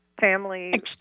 family